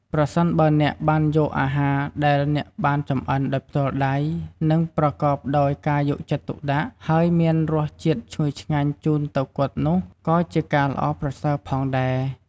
ប្រសិនបើអ្នកបានយកអាហារដែលអ្នកបានចម្អិនដោយផ្ទាល់ដៃ និងប្រកបដោយការយកចិត្តទុកដាក់ ហើយមានរស់ជាតិឈ្ងុយឆ្ងាញ់ជូនទៅគាត់នោះក៏ជាការល្អប្រសើរផងដែរ។